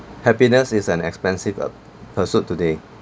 happiness is an expensive uh pursuit today